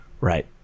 right